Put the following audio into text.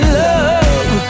love